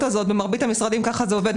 הזאת במרבית המשרדים ככה זה עובד,